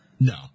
No